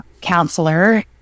counselor